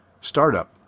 startup